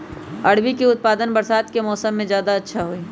अरबी के उत्पादन बरसात के मौसम में ज्यादा होबा हई